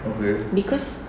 because